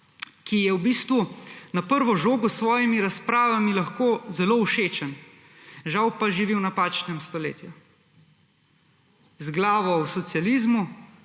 ki je v bistvu na prvo žogo s svojimi razpravami lahko zelo všečen. Žal pa živi v napačnem stoletju. Z glavo v socializmu,